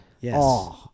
Yes